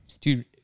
dude